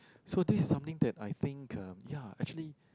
so this is something that I think um ya actually